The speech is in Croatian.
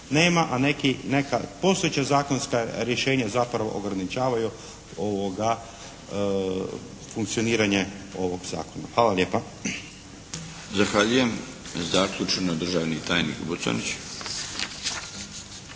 a neka postojeća zakonska rješenja zapravo ograničavaju funkcioniranje ovog Zakona. Hvala lijepa. **Milinović, Darko (HDZ)** Zahvaljujem. Zaključno, državni tajnik Buconjić.